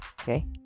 okay